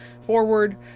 forward